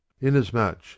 inasmuch